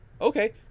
okay